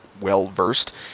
well-versed